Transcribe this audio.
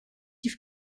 die